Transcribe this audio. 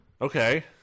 Okay